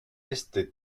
este